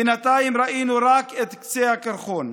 בינתיים ראינו רק את קצה הקרחון,